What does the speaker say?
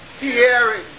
Hearing